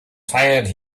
tired